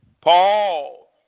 Paul